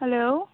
hello